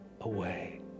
away